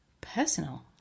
personal